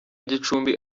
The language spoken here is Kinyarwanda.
gicumbi